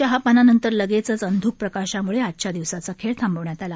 चहापानानंतर लगेचच अंध्क प्रकाशाम्ळे आजच्या दिवसाचा खेळ थांबवण्यात आला